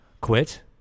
Quit